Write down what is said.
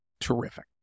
terrific